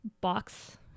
box